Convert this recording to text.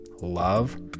love